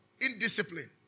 indiscipline